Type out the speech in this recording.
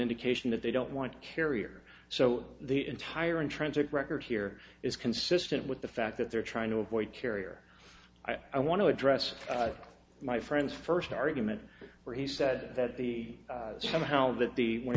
indication that they don't want to carry or so the entire intrinsic record here is consistent with the fact that they're trying to avoid carrier i want to address my friend's first argument where he said that the somehow that the w